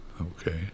Okay